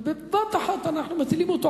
ובבת-אחת אנחנו מטילים אותו,